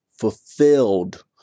fulfilled